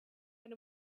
and